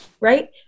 right